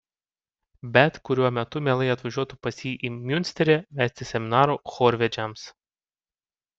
bet kuriuo metu mielai atvažiuotų pas jį į miunsterį vesti seminarų chorvedžiams